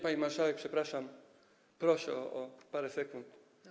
Pani marszałek, przepraszam, proszę o parę sekund.